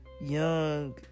Young